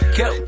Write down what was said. go